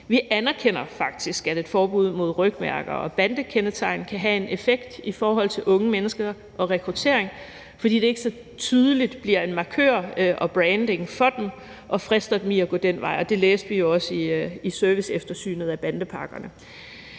Vi anerkender faktisk, at et forbud mod rygmærker og bandekendetegn kan have en effekt i forhold til unge mennesker og rekruttering, fordi det ikke så tydeligt bliver en markør og branding for dem og frister dem i at gå den vej, og det læste vi jo også i serviceeftersynet af bandepakkerne.